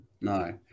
No